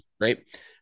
Right